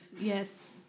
yes